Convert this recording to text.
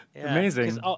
amazing